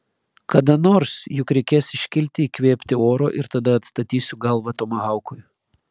kada nors juk reikės iškilti įkvėpti oro ir tada atstatysiu galvą tomahaukui